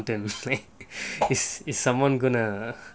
is is someone gonna